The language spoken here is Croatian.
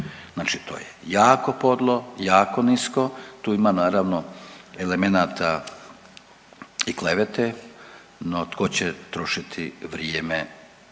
Znači to je jako podlo, jako nisko. Tu ima naravno elemenata i klevete, no tko će trošiti vrijeme.